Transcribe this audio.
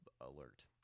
alert